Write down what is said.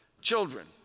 Children